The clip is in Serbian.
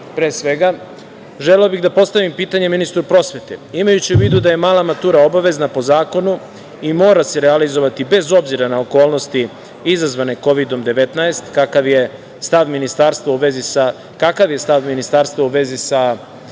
pre svega, želeo bih da postavim pitanje ministru prosvete. Imajući u vidu da je mala matura obavezna po zakonu i mora se realizovati bez obzira na okolnosti izazvane Kovidom 19, kakav je stav Ministarstva u vezi sa